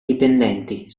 dipendenti